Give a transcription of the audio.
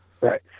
Right